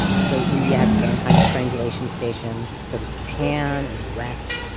so india has its own kind of triangulation stations. so does japan and the us.